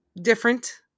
different